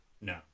No